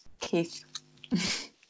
Keith